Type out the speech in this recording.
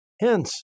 Hence